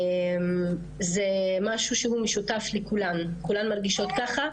זה משהו שהוא משותף לכולן, כולן מרגישות כך.